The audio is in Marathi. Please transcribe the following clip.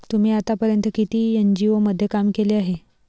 तुम्ही आतापर्यंत किती एन.जी.ओ मध्ये काम केले आहे?